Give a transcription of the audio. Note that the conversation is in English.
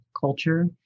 culture